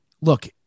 Look